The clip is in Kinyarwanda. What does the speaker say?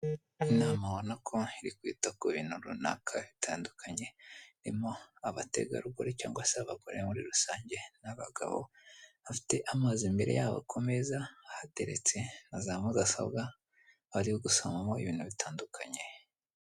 Inama ubona ko iri kwita ku bintu runaka bitandukanye, irimo abategarugori cyangwa se abagore muri rusange n'abagabo bafite amazi imbere yabo, ku meza hateretse na za mudasobwa bari gusomamo ibintu bitandukanye.